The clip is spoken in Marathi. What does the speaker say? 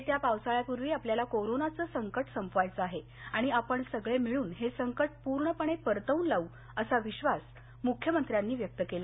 येत्या पावसाळ्यापूर्वी आपल्याला कोरोनाचं संकट संपवायचं आहे आणि आपण सगळे मिळून हे संकट पूर्णपणे परतवून लावू असा विश्वास मुख्यमंत्र्यांनी व्यक्त केला